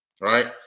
right